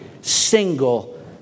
single